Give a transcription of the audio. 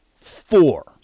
Four